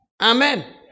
Amen